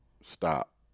stop